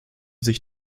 sich